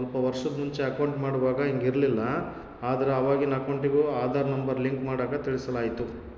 ಸ್ವಲ್ಪ ವರ್ಷುದ್ ಮುಂಚೆ ಅಕೌಂಟ್ ಮಾಡುವಾಗ ಹಿಂಗ್ ಇರ್ಲಿಲ್ಲ, ಆದ್ರ ಅವಾಗಿನ್ ಅಕೌಂಟಿಗೂ ಆದಾರ್ ನಂಬರ್ ಲಿಂಕ್ ಮಾಡಾಕ ತಿಳಿಸಲಾಯ್ತು